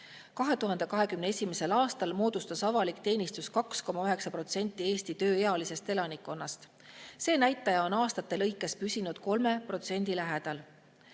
2021. aastal moodustasid avalikus teenistuses [hõivatud] 2,9% Eesti tööealisest elanikkonnast. See näitaja on aastate lõikes püsinud 3% lähedal.